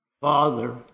Father